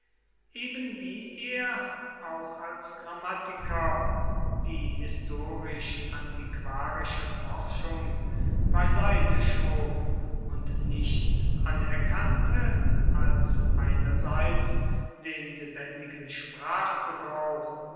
ebenwie er auch als grammatiker die historisch antiquarische forschung beiseite schob und nichts anerkannte als einerseits den lebendigen sprachgebrauch